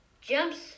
Jumps